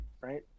right